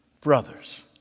brothers